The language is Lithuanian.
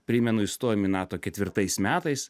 primenu įstojom į nato ketvirtais metais